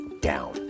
down